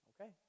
Okay